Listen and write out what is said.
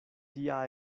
tia